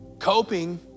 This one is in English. Coping